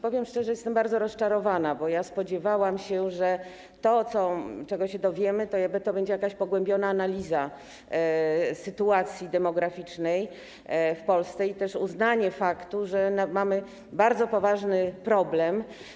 Powiem szczerze, że jestem bardzo rozczarowana, bo spodziewałam się, że to, czego się dowiemy, to będzie jakaś pogłębiona analiza sytuacji demograficznej w Polsce i uznanie faktu, że mamy bardzo poważny problem.